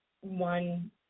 one